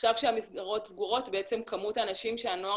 עכשיו כשהמסגרות סגורות כמות האנשים שהנוער